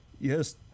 Yes